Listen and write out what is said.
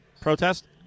protest